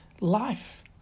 life